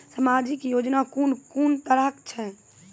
समाजिक योजना कून कून तरहक छै?